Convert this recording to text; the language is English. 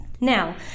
Now